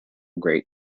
great